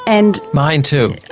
and mine too.